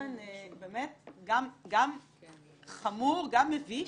גם חמור, גם מביש